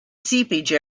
seepage